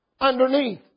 underneath